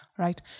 right